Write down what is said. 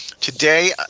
Today